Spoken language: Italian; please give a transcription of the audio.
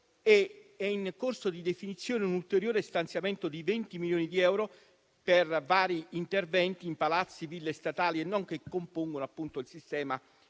è in corso di definizione un ulteriore stanziamento di 20 milioni di euro per vari interventi in palazzi, ville statali e non, che compongono appunto il sistema